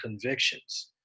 convictions